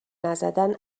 نزدن